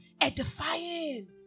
edifying